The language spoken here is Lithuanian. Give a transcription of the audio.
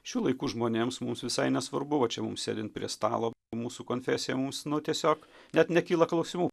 šių laikų žmonėms mums visai nesvarbu va čia mums sėdint prie stalo mūsų konfesija mums nu tiesiog net nekyla klausimų